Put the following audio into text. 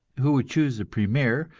who would choose the premier,